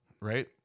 right